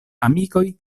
amikoj